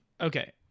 okay